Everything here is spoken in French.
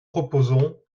proposons